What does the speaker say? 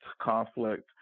conflict